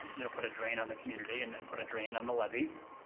um you know put a drain on the community and and put a drain on the levy.